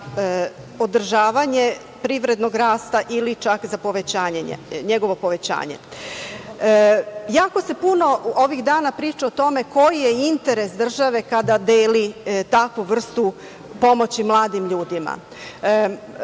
za održavanje privrednog rasta ili čak za njegovo povećanje. Jako se puno ovih dana priča o tome koji je interes države kada deli takvu vrstu pomoći mladim ljudima.